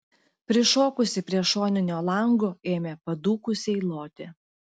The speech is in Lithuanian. prišokusi prie šoninio lango ėmė padūkusiai loti